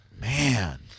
Man